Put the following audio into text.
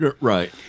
Right